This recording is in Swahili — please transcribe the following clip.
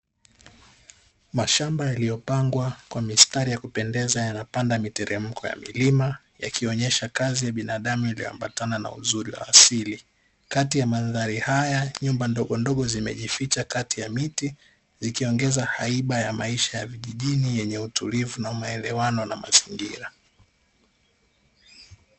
Mashamba yaliyopangwa kwa mistari ya kupendeza, yanapanda miteremko ya milima, yakionyesha kazi ya binadamu iliyoambatana na uzuri wa asili. Kati ya mandhari haya nyumba ndogondogo zimejificha kati ya miti, ikiongeza haiba ya maisha ya vijijini yenye utulivu na maelewano na mazingira.